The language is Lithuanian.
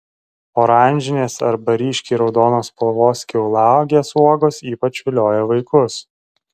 oranžinės arba ryškiai raudonos spalvos kiauliauogės uogos ypač vilioja vaikus